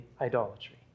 idolatry